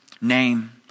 name